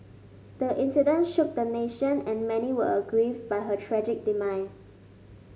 the incident shook the nation and many were aggrieved by her tragic demise